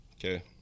Okay